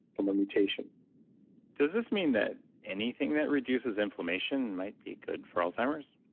from a mutation does this mean that anything that reduces inflammation might be good for alzheimer's?